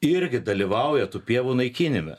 irgi dalyvauja tų pievų naikinime